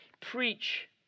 preach